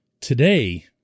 Today